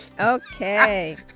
okay